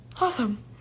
Awesome